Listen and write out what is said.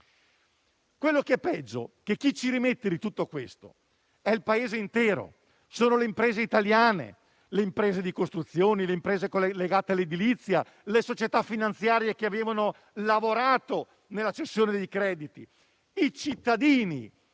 Quel che è peggio è che chi ci rimette in tutto questo è il Paese intero. Sono le imprese italiane: le imprese di costruzioni, le imprese legate all'edilizia, le società finanziarie che avevano lavorato nella cessione dei crediti, i cittadini,